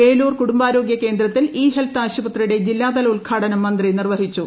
വേലൂർ കുടുംബാരോഗൃ കേന്ദ്രത്തിൽ e health ആശുപത്രിയുടെ ജില്ലാതല ഉദ്ഘാടനം മന്ത്രി നിർവ്വഹിച്ചു